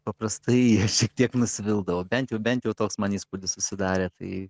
paprastai jie šiek tiek nusvildavo bent jau bent jau toks man įspūdis susidarė tai